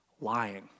lying